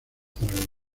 zaragoza